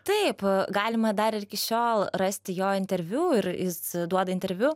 taip galima dar ir iki šiol rasti jo interviu ir jis duoda interviu